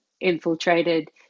infiltrated